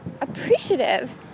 appreciative